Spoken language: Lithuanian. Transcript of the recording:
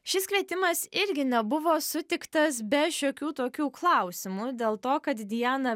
šis kvietimas irgi nebuvo sutiktas be šiokių tokių klausimų dėl to kad diana